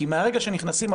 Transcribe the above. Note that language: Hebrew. כי מהרגע שנכנסים,